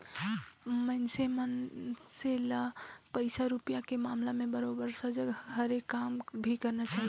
मइनसे मन से ल पइसा रूपिया के मामला में बरोबर सजग हरे काम भी करना चाही